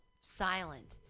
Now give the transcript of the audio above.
silent